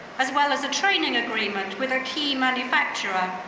as well as the training agreement with our key manufacturer,